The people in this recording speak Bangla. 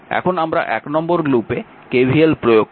এখন আমরা 1 নম্বর লুপে KVL প্রয়োগ করি